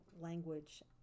language